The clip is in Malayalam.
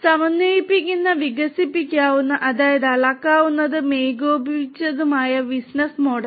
സമന്വയിപ്പിക്കാവുന്ന വികസിപ്പിക്കാവുന്ന അതായത് അളക്കാവുന്നതും ഏകോപിപ്പിച്ചതുമായ ബിസിനസ്സ് മോഡൽ